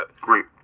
Great